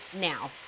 now